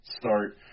start